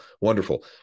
Wonderful